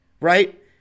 Right